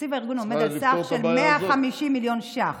תקציב הארגון עומד על סך של 150 מיליון ש"ח.